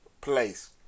place